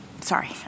sorry